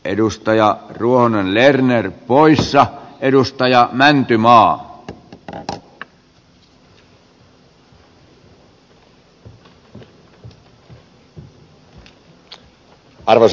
edustaja ruohonen lerner poissa edustaja mäntymaa arvoisa puhemies